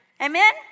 Amen